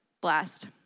blessed